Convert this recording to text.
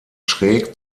schräg